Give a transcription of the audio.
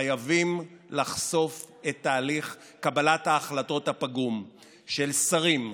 חייבים לחשוף את תהליך קבלת ההחלטות הפגום של שרים,